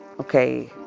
okay